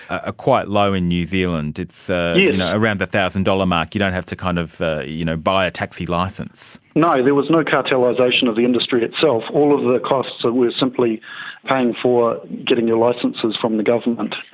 ah quite low in new zealand, it's so you know around the one thousand dollars mark, you don't have to kind of you know buy a taxi licence. no, there was no cartelisation of the industry itself. all of the costs were simply paying for getting your licences from the government.